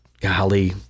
golly